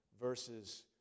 verses